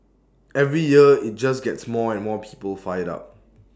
every year IT just gets more and more people fired up